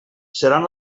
seran